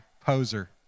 poser